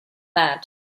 that